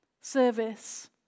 Service